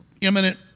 imminent